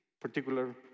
particular